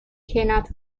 cannot